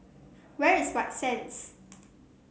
where is White Sands